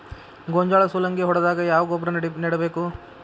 ಗೋಂಜಾಳ ಸುಲಂಗೇ ಹೊಡೆದಾಗ ಯಾವ ಗೊಬ್ಬರ ನೇಡಬೇಕು?